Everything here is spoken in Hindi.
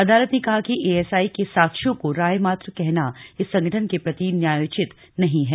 अदालत ने कहा कि एएसआई के साक्ष्यों को राय मात्र कहना इस संगठन के प्रति न्यायोचित नहीं है